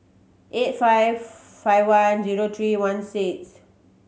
eight five five one zero three one six